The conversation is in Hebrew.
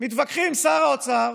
מתווכחים שר האוצר